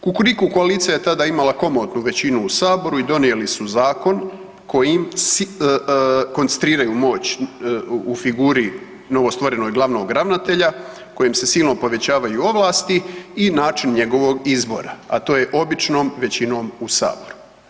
Kukuriku koalicija je tada imala komotnu većinu u Saboru i donijeli zakon kojim koncentriraju moć u figuri novostvorenog glavnog ravnatelja kojim se silno povećavaju ovlasti i način njegovog izbora a to je običnom većinom u Saboru.